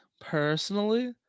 personally